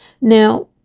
Now